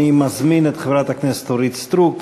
אני מזמין את חברת הכנסת אורית סטרוק,